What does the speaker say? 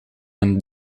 een